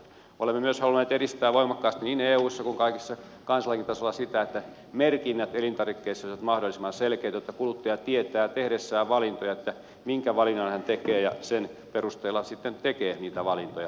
olemme myös halunneet edistää voimakkaasti niin eussa kuin kaikissa kansallisellakin tasolla sitä että merkinnät elintarvikkeissa olisivat mahdollisimman selkeitä jotta kuluttaja tietää tehdessään valintoja minkä valinnan hän tekee ja sen perusteella sitten tekee niitä valintoja